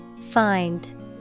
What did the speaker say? Find